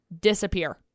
disappear